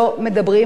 חלילה וחס,